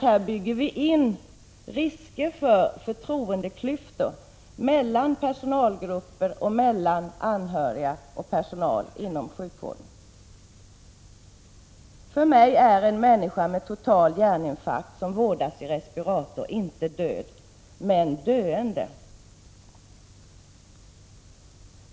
Här bygger vi in risker för förtroendeklyftor mellan personalgrupper och mellan anhöriga och personal inom sjukvården. För mig är en människa med total hjärninfarkt som vårdas i respirator inte död, men döende.